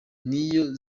niyo